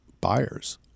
buyers